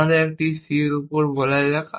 আমাদের একটি c উপর বলা যাক